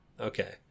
Okay